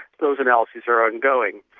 those analyses are ongoing.